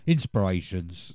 Inspirations